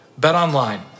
BetOnline